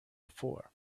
before